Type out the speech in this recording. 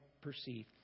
perceived